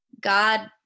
God